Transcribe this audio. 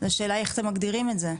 השאלה איך אתם מגדירים את זה?